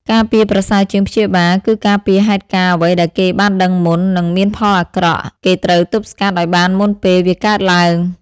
ការពារប្រសើរជាងព្យាបាលគឺការពារហេតុការណ៍អ្វីដែលគេបានដឺងមុន នឹងមានផលអាក្រក់ គេត្រូវទប់ស្កាត់អោយបានមុនពេលវាកើតឡើង។